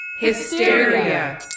Hysteria